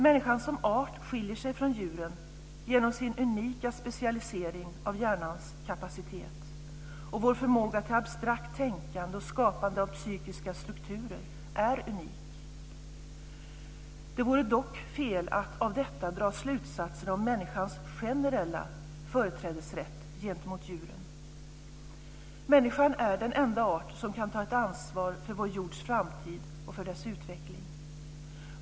Människan som art skiljer sig från djuren genom sin unika specialisering av hjärnans kapacitet, och vår förmåga till abstrakt tänkande och skapande av psykiska strukturer är unik. Det vore dock fel att av detta dra slutsatsen om människans generella företrädesrätt gentemot djuren. Människan är den enda art som kan ta ett ansvar för vår jords framtid och för dess utveckling.